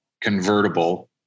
convertible